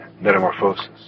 metamorphosis